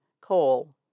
coal